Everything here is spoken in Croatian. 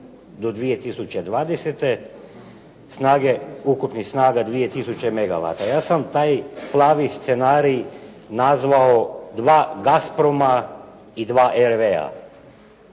do 2020., ukupnih snaga 2 tisuće megawata. Ja sam taj plavi scenarij nazvao "Dva Gasporma i dva RV-a".